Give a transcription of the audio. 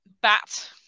bat